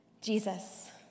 Jesus